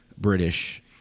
British